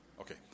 Okay